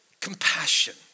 compassion